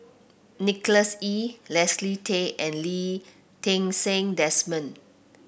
Nicholas Ee Leslie Tay and Lee Ti Seng Desmond